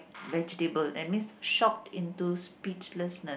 vegetable that means shocked into speechlessness